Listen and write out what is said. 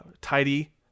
Tidy